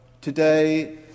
Today